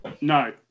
No